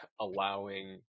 allowing